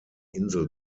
insel